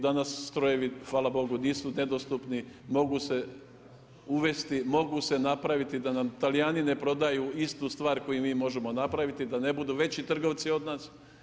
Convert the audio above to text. Danas strojevi hvala bogu, nisu nedostupni, može se uvesti, mogu se napraviti da nam Talijani ne prodaju istu stvar koju mi možemo napraviti, da ne budu veći trgovci od nas.